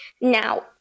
now